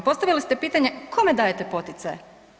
Postavili ste pitanje kome dajete poticaje?